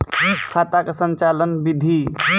खाता का संचालन बिधि?